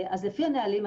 אז לפי הנהלים,